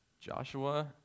Joshua